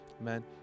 Amen